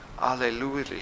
Alleluia